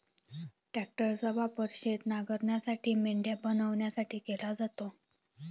ट्रॅक्टरचा वापर शेत नांगरण्यासाठी, मेंढ्या बनवण्यासाठी केला जातो